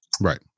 Right